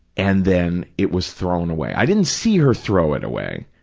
and then it was thrown away. i didn't see her throw it away,